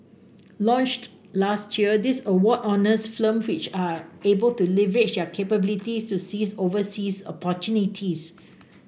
launched last year this award honours firms which are able to leverage their capabilities to seize overseas opportunities